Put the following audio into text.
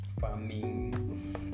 farming